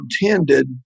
intended